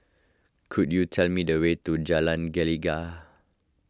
could you tell me the way to Jalan Gelegar